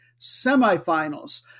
semifinals